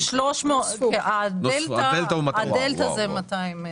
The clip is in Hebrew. לא, חדשים, הדלתא זה 200 אלף.